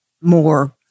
more